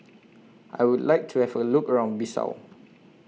I Would like to Have A Look around Bissau